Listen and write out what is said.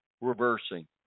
reversing